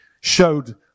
showed